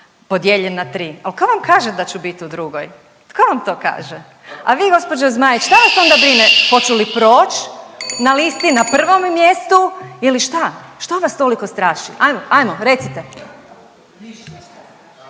podijeljen na tri. Ali tko vam kaže da ću bit u drugoj? Tko vam to kaže? A vi gospođo Zmaić šta vas onda brine hoću li proći na listi na prvom mjestu ili šta? Što vas toliko straši? Hajmo? Hajmo?